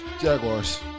Jaguars